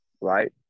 right